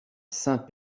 saint